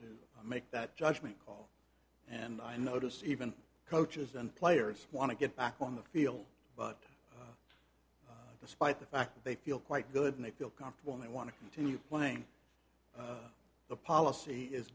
to make that judgment call and i notice even coaches and players want to get back on the field but despite the fact they feel quite good and they feel comfortable and i want to continue playing the policy is